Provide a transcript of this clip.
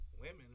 Women